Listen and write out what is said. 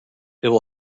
will